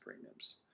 premiums